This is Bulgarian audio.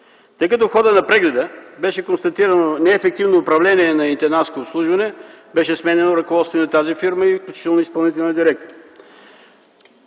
Тъй като в хода на прегледа беше констатирано неефективно управление на „Интендантско обслужване” беше сменено ръководството и на тази фирма, включително и изпълнителния директор.